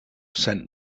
sent